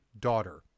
daughter